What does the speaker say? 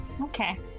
Okay